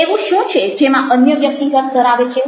એવું શું છે જેમાં અન્ય વ્યક્તિ રસ ધરાવે છે